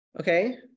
Okay